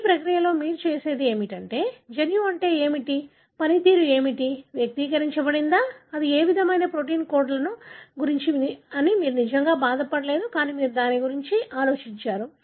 ఈ ప్రక్రియలో మీరు చేసినది ఏమిటంటే జన్యువు అంటే ఏమిటి పనితీరు ఏమిటి వ్యక్తీకరించబడిందా అది ఏ విధమైన ప్రోటీన్ కోడ్ల గురించి మీరు నిజంగా బాధపడలేదు మీరు దాని గురించి బాధపడలేదు